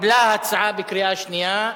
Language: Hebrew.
התקבלה ההצעה בקריאה השנייה,